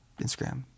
Instagram